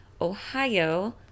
Ohio